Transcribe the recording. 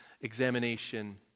examination